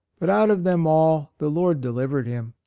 but out of them all the lord deliv ered him.